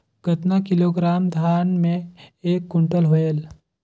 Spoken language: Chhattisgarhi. कतना किलोग्राम धान मे एक कुंटल होयल?